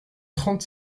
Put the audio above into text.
trente